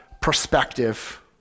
perspective